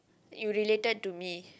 you related to me